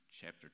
chapter